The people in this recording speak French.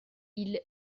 ils